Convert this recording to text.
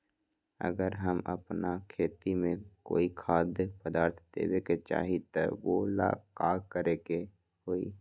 अगर हम अपना खेती में कोइ खाद्य पदार्थ देबे के चाही त वो ला का करे के होई?